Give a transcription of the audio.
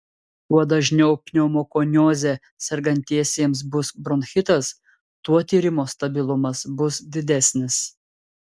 kuo dažniau pneumokonioze sergantiesiems bus bronchitas tuo tyrimo stabilumas bus didesnis